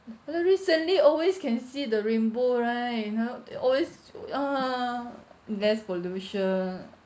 and then recently always can see the rainbow right you know that always ah less pollution